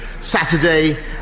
Saturday